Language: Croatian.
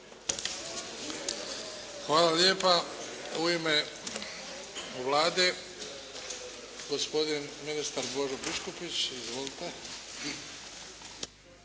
Hvala lijepa. U ime Vlade gospodin ministar Božo Biškupić. Izvolite.